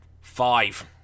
Five